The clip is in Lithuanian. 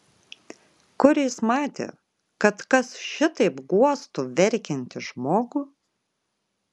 kur jis matė kad kas šitaip guostų verkiantį žmogų